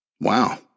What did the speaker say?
Wow